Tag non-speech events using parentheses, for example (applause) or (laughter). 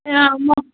(unintelligible)